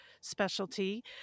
specialty